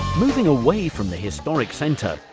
moving away from the historic center,